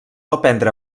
aprendre